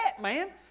man